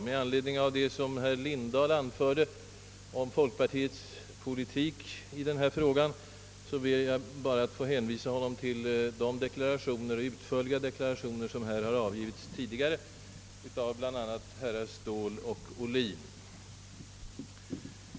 Med anledning av vad herr Lindahl anförde om folkpartiets politik i denna fråga ber jag bara att få hänvisa honom till de utförliga deklarationer som avgivits tidigare i kammaren av bland andra herrar Ståhl och Ohlin.